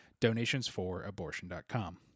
donationsforabortion.com